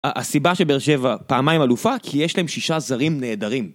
הסיבה שבאר שבע פעמיים אלופה - כי יש להם שישה זרים נהדרים.